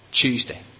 Tuesday